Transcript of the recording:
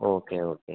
okay okay